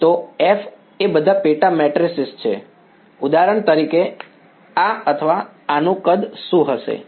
તો F એ બધા પેટા મેટ્રિસિસ છે ઉદાહરણ તરીકે આ અથવા આનું કદ શું હશે